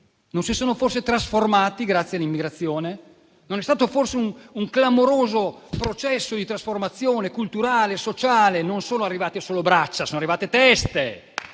non si sono forse trasformati grazie all'immigrazione? Non è stato forse un clamoroso processo di trasformazione culturale e sociale? Non sono arrivate solo braccia: sono arrivate teste.